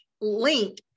link